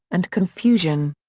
and confusion.